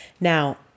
Now